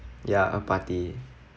ya a party